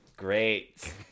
Great